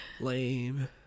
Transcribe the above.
Lame